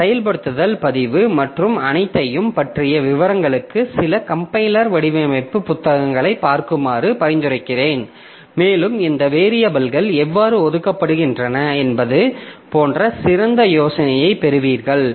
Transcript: இந்த செயல்படுத்தல் பதிவு மற்றும் அனைத்தையும் பற்றிய விவரங்களுக்கு சில கம்பைலர் வடிவமைப்பு புத்தகங்களைப் பார்க்குமாறு பரிந்துரைக்கிறேன் மேலும் இந்த வேரியபில்கள் எவ்வாறு ஒதுக்கப்படுகின்றன என்பது போன்ற சிறந்த யோசனையைப் பெறுவீர்கள்